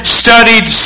studied